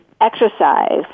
exercise